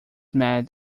mad